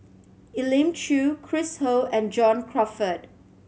Elim Chew Chris Ho and John Crawfurd